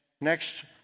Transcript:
next